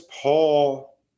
Paul